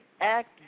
act